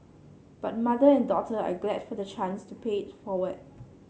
but mother and daughter are glad for the chance to pay it forward